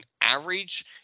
average